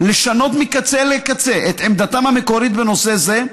לשנות מקצה לקצה את עמדתם המקורית בנושא זה,